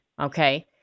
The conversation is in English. okay